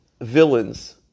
villains